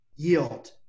yield